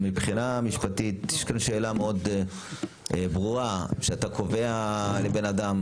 מבחינה משפטית יש כאן שאלה מאוד ברורה שאתה קובע לבן אדם,